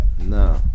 No